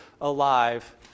alive